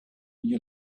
you